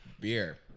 Beer